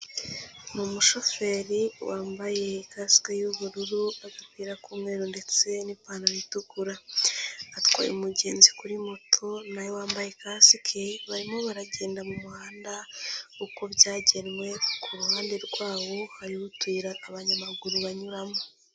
Ni umushoferi wambaye ikasike y'ubururu, agapira k'umweru ndetse n'ipantaro itukura atwaye umugenzi kuri moto na we wambaye ikasike barimo baragenda mu muhanda uko byagenwe ku ruhande rwabo hariho utuyira abanyamaguru banyuramo.